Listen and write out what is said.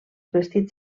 vestits